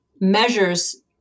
measures